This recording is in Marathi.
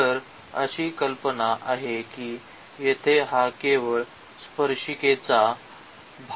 तर अशी कल्पना आहे की येथे हा केवळ स्पर्शिकेचा हा भाग दर्शविला गेला आहे